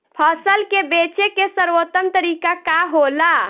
फसल के बेचे के सर्वोत्तम तरीका का होला?